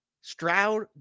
Stroud